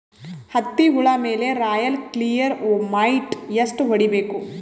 ಹತ್ತಿ ಹುಳ ಮೇಲೆ ರಾಯಲ್ ಕ್ಲಿಯರ್ ಮೈಟ್ ಎಷ್ಟ ಹೊಡಿಬೇಕು?